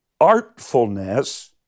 artfulness